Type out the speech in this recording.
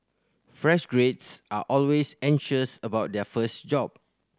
fresh graduates are always anxious about their first job